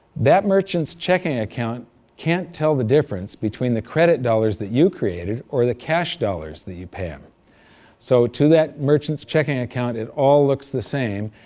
that merchant's checking account can't tell the difference between the credit dollars that you created or the cash dollars that you pay him so to that merchant's checking account, it all looks the same.